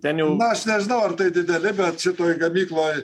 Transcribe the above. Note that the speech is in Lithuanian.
na aš nežinau dideli bet šitoj gamykloj